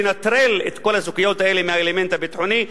לנטרל את כל הסוגיות האלה מהאלמנט הביטחוני.